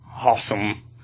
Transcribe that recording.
Awesome